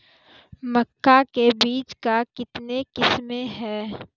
मक्का के बीज का कितने किसमें हैं?